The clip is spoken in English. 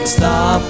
stop